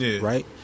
right